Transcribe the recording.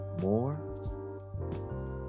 more